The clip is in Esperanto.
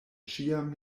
ĉiam